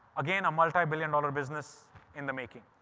again, a multibillion dollar business in the making.